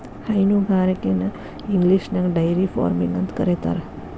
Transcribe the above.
ಹೈನುಗಾರಿಕೆನ ಇಂಗ್ಲಿಷ್ನ್ಯಾಗ dairy farming ಅಂತ ಕರೇತಾರ